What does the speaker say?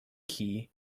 key